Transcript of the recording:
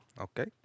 Okay